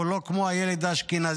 הוא לא כמו הילד האשכנזי,